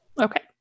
Okay